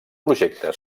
projecta